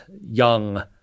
young